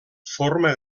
forma